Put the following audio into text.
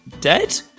dead